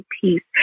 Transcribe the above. peace